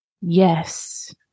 Yes